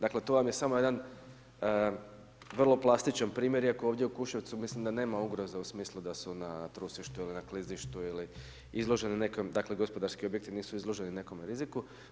Dakle to vam je samo jedan vrlo plastičan primjer iako ovdje u Kuševcu mislim da nema ugroza u smislu da su na trusištu ili na klizištu ili izloženi nekim, dakle gospodarski objekti nisu izloženi nekome riziku.